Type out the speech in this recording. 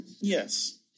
Yes